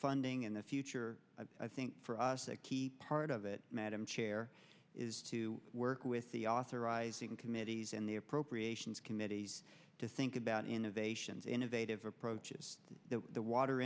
funding in the future i think for us a key part of it madam chair is to work with the authorizing committees in the appropriations committees to think about innovations innovative approaches to the water